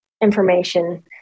information